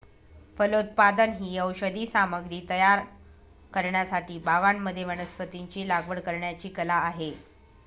फलोत्पादन ही औषधी सामग्री तयार करण्यासाठी बागांमध्ये वनस्पतींची लागवड करण्याची कला आहे